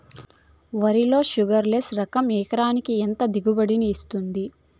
వరి లో sugarless less రకం ఎకరాకి ఎంత దిగుబడినిస్తుంది